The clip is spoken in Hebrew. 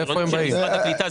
זה של משרד הקליטה.